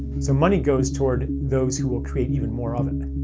so money goes toward those who will create even more of it.